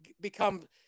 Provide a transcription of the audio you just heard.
become